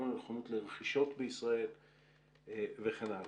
גם על הנכונות לרכישות בישראל וכן הלאה.